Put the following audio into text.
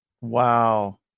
Wow